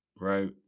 right